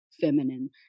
feminine